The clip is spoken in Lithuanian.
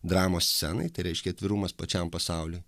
dramos scenai tai reiškia atvirumas pačiam pasauliui